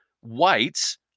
whites